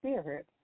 Spirit